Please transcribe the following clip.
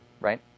right